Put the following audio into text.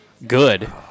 Good